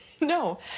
No